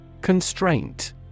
Constraint